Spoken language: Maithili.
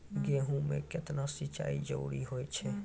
गेहूँ म केतना सिंचाई जरूरी होय छै?